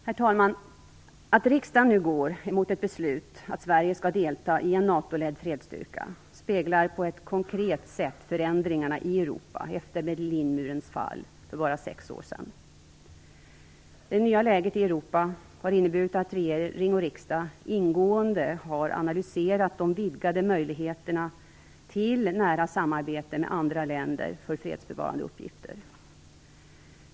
Herr talman! Att riksdagen nu går mot ett beslut om att Sverige skall delta i en NATO-ledd fredsstyrka speglar på ett konkret sätt förändringarna i Europa efter Berlinmurens fall för bara sex år sedan. Det nya läget i Europa har inneburit att regeringen och riksdagen ingående har analyserat de vidgade möjligheterna till nära samarbete med andra länder för fredsbevarande uppgifter.